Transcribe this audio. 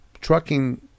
trucking